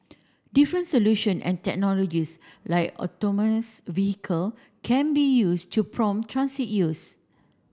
different solution and technologies like autonomous vehicle can be used to transit use